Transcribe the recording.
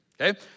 okay